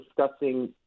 discussing